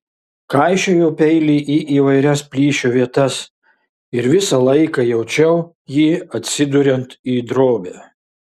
kaišiojau peilį į įvairias plyšio vietas ir visą laiką jaučiau jį atsiduriant į drobę